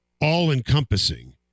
all-encompassing